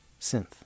synth